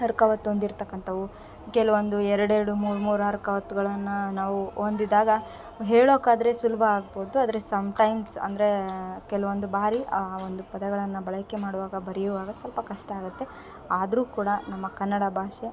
ಅರ್ಕ ಒತ್ತು ಹೊಂದಿರ್ತಕ್ಕಂಥವು ಕೆಲವೊಂದು ಎರಡು ಎರಡು ಮೂರು ಮೂರು ಅರ್ಕ ಒತ್ತುಗಳನ್ನು ನಾವು ಹೊಂದಿದಾಗ ಹೇಳೋಕೆ ಆದರೆ ಸುಲಭ ಆಗ್ಬೋದು ಆದರೆ ಸಮ್ ಟೈಮ್ಸ್ ಅಂದರೆ ಕೆಲವೊಂದು ಬಾರಿ ಆ ಒಂದು ಪದಗಳನ್ನು ಬಳಕೆ ಮಾಡುವಾಗ ಬರೆಯುವಾಗ ಸ್ವಲ್ಪ ಕಷ್ಟ ಆಗುತ್ತೆ ಆದರು ಕೂಡ ನಮ್ಮ ಕನ್ನಡ ಭಾಷೆ